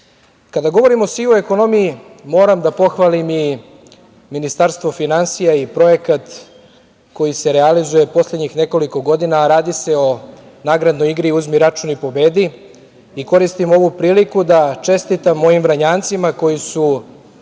govorim o sivoj ekonomiji, moram da pohvalim i Ministarstvo finansija i projekat koji se realizuje poslednjih nekoliko godina, a radi se o nagradnoj igri „Uzmi račun i pobedi“ i koristim ovu priliku da čestitam mojim Vranjancima koji su